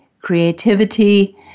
creativity